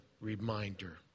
reminder